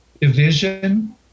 division